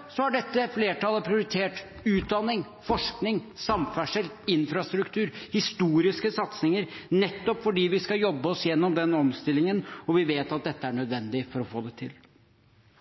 så plutselig kjenne på usikkerhet rundt egen livssituasjon. Derfor har dette flertallet prioritert en stor tiltakspakke til de områdene som er rammet av prisfallet. Derfor har dette flertallet prioritert utdanning, forskning, samferdsel, infrastruktur, historiske satsinger – nettopp fordi vi skal jobbe oss gjennom den omstillingen, og vi vet at dette er nødvendig for å få det til.